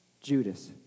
Judas